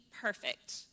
perfect